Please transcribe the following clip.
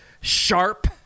sharp